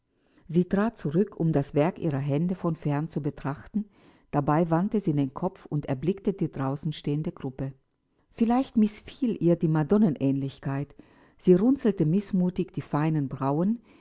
sie trat zurück um das werk ihrer hände von fern zu betrachten dabei wandte sie den kopf und erblickte die draußen stehende gruppe vielleicht mißfiel ihr die madonnenähnlichkeit sie runzelte mißmutig die feinen brauen